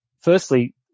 firstly